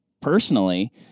personally